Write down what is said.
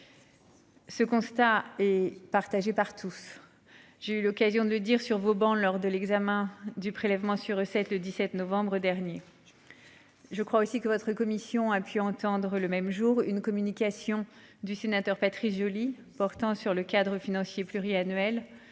Ce constat est partagé par tous. J'ai eu l'occasion de le dire sur vos bancs lors de l'examen du prélèvement sur recettes le 17 novembre dernier. Je crois aussi que votre commission a pu entendre le même jour une communication du sénateur Patrice Joly portant sur le cadre financier pluriannuel